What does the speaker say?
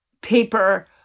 paper